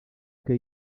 que